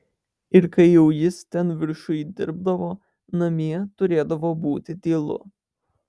ir kai jau jis ten viršuj dirbdavo namie turėdavo būti tylu